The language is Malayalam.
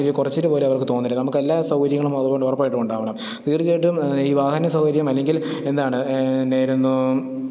കുറച്ചിൽ പോലെ അവർക്ക് തോന്നരുത് നമുക്കെല്ലാ സൗകര്യങ്ങളും അതുകൊണ്ട് ഉറപ്പായിട്ടും ഉണ്ടാവണം ഇവർ ചിലപ്പം ഈ വാഹന സൗകര്യം അല്ലെങ്കിൽ എന്താണ് നേരെന്നോ